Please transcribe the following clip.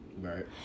Right